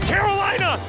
Carolina